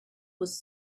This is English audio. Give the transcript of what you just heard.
was